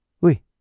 Oui